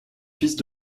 fils